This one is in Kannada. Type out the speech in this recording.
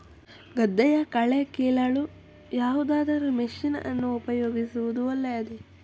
ಗದ್ದೆಯ ಕಳೆ ಕೀಳಲು ಯಾವುದಾದರೂ ಮಷೀನ್ ಅನ್ನು ಉಪಯೋಗಿಸುವುದು ಒಳ್ಳೆಯದೇ?